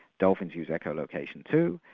dolphins use echolocation too.